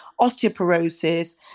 osteoporosis